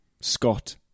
Scott